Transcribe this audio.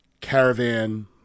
Caravan